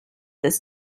this